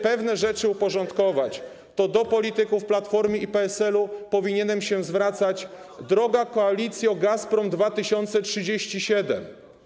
pewne rzeczy uporządkować, do polityków Platformy i PSL-u powinienem się zwracać: droga koalicjo Gazprom 2037.